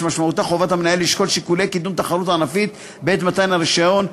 שמשמעותה חובת המנהל לשקול שיקולי קידום תחרות ענפית בעת מתן הרישיון,